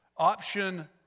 Option